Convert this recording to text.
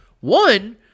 One